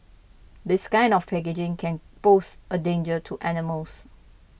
this kind of packaging can pose a danger to animals